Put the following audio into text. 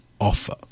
offer